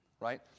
Right